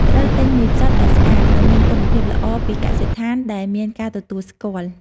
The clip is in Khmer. ត្រូវទិញមេផ្សិតដែលស្អាត និងមានគុណភាពល្អពីកសិដ្ឋានដែលមានការទទួលស្គាល់។